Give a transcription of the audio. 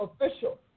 official